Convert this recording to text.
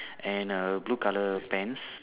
and a blue color pants